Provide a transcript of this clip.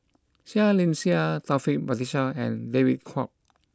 Seah Liang Seah Taufik Batisah and David Kwo